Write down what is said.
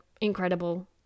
incredible